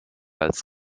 als